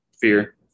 Fear